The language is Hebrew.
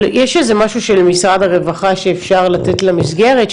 יש איזה משהו של משרד הרווחה שאפשר לתת לה מסגרת,